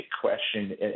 question